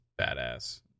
badass